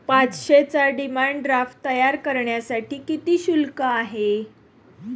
पाचशेचा demand draft तयार करण्यासाठी किती शुल्क आहे?